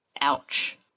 Ouch